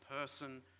person